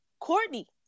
Courtney